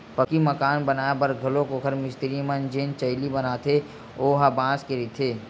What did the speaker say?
पक्की मकान बनाए बर घलोक ओखर मिस्तिरी मन जेन चइली बनाथे ओ ह बांस के रहिथे